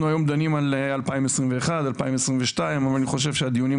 היום דנים על 2021-2022 אבל אני חושב שהדיונים,